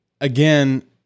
Again